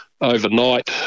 overnight